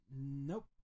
nope